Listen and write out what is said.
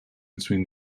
between